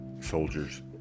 soldiers